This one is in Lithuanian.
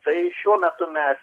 tai šiuo metu mes